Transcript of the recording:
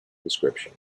description